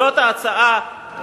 זאת ההצעה.